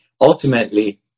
Ultimately